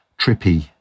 trippy